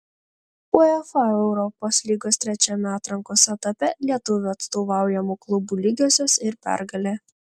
uefa europos lygos trečiame atrankos etape lietuvių atstovaujamų klubų lygiosios ir pergalė